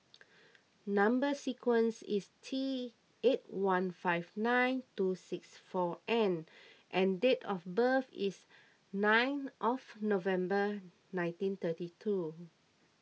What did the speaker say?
Number Sequence is T eight one five nine two six four N and date of birth is nine of November nineteen thirty two